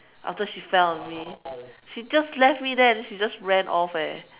after she fell on me she just left me there and then she just ran off eh